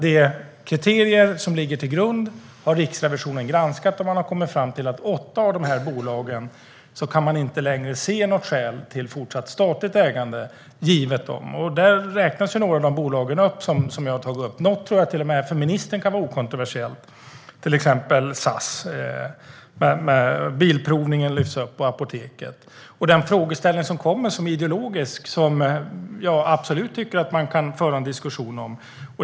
De kriterier som ligger till grund har Riksrevisionen granskat, och man har kommit fram till att för åtta av de här bolagen kan man inte längre se något skäl till fortsatt statligt ägande. Dit räknas några av de bolag som jag har tagit upp. Något av dem tror jag kan vara okontroversiellt till och med för ministern, till exempel SAS. Bilprovningen och Apoteket lyfts upp. Den ideologiska frågeställningen tycker jag absolut att man kan föra en diskussion om.